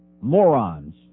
Morons